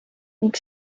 ning